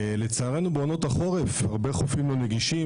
לצערנו בעונות החורף הרבה חופים לא נגישים,